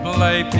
Play